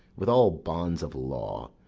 with all bonds of law,